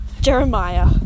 Jeremiah